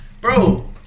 bro